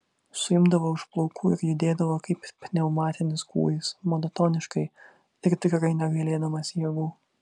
suimdavo už plaukų ir judėdavo kaip pneumatinis kūjis monotoniškai ir tikrai negailėdamas jėgų